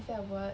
is that a word